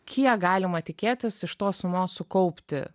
kiek galima tikėtis iš tos sumos sukaupti